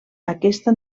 aquesta